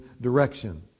direction